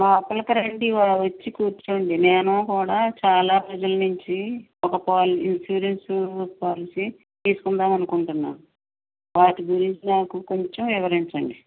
లోపలికి రండి వచ్చి కూర్చోండి నేను కూడా చాలా రోజుల నుంచి ఒక పాల ఇన్సూరెన్స్ పాలసీ తీసుకుందాం అనుకుంటున్నాను వాటి గురించి కొంచెం నాకు వివరించండి